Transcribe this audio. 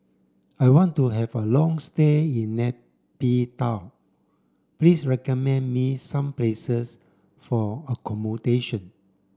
I want to have a long stay in Nay Pyi Taw please recommend me some places for accommodation